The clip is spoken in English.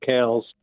cows